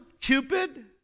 Cupid